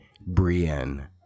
Brienne